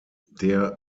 der